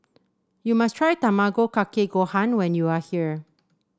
you must try Tamago Kake Gohan when you are here